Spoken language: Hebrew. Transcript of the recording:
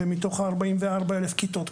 זה מתוך ה-44% כיתות,